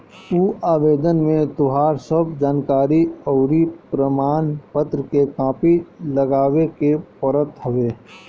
उ आवेदन में तोहार सब जानकरी अउरी प्रमाण पत्र के कॉपी लगावे के पड़त हवे